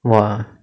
!wah!